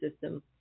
system